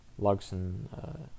Luxon